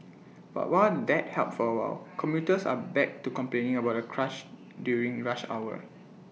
but while that helped for A while commuters are back to complaining about the crush during rush hour